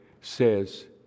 says